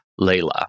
Layla